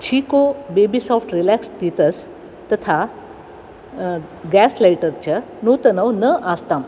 chikoo baby soft relax teethers तथा gas lighter च नूतनौ न आस्ताम्